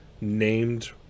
named